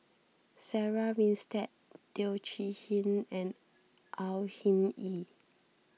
Sarah Winstedt Teo Chee Hean and Au Hing Yee